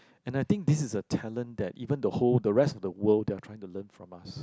and I think this is a talent that even the whole the rest of the world they are trying to learn from us